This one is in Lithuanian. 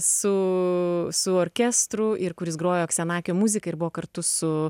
su su orkestru ir kuris grojo muziką ir buvo kartu su